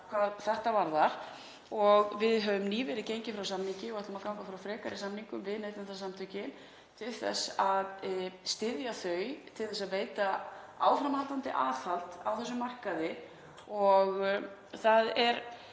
Við höfum nýverið gengið frá samningi og ætlum að ganga frá frekari samningum við Neytendasamtökin til þess að styðja þau við að veita áframhaldandi aðhald á þessum markaði. Og það er